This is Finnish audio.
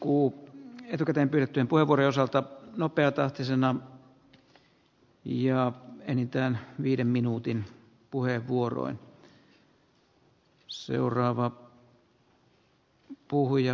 uu etukäteen pidettyyn kuivuri osalta meillä on paljon hyvääkin vaikka paljon epävarmuutta